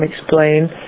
explain